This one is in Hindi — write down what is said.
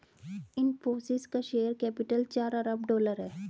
इनफ़ोसिस का शेयर कैपिटल चार अरब डॉलर है